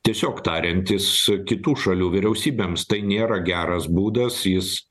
tiesiog tariantis kitų šalių vyriausybėm tai nėra geras būdas jis